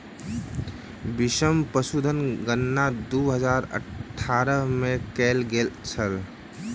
बीसम पशुधन गणना दू हजार अठारह में कएल गेल छल